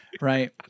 right